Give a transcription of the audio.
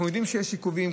אנחנו יודעים שיש עיכובים.